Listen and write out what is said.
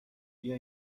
بیا